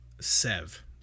Sev